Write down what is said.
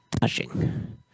touching